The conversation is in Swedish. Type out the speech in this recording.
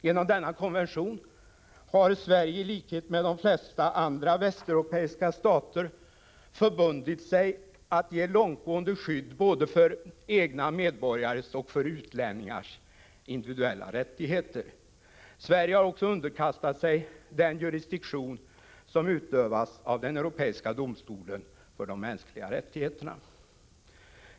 Genom denna konvention har Sverige i likhet med de flesta andra västeuropeiska stater förbundit sig att ge långtgående skydd för både egna medborgares och utlänningars individuella rättigheter. Sverige har också underkastat sig den jurisdiktion som utövas av den europeiska domstolen för de mänskliga rättigheterna.